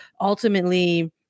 ultimately